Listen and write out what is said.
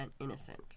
innocent